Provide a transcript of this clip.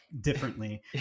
differently